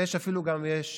ויש אפילו לעיתים,